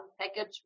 package